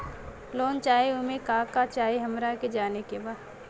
Loan चाही उमे का का चाही हमरा के जाने के बा?